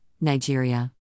Nigeria